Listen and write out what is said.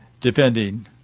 defending